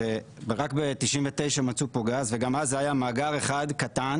ורק ב-1999 מצאו פה גז וגם אז זה היה מאגר אחד קטן